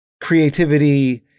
creativity